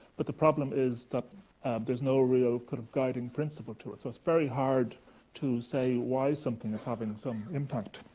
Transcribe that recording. but the problem is, there's no real kind of guiding principle to it. so it's very hard to say why something is having and some impact.